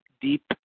deep